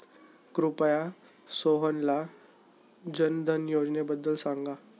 कृपया सोहनला जनधन योजनेबद्दल सांगा